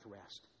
rest